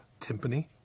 timpani